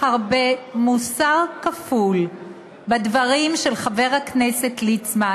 הרבה מוסר כפול בדברים של חבר הכנסת ליצמן,